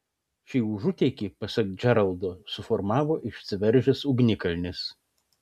šį užutėkį pasak džeraldo suformavo išsiveržęs ugnikalnis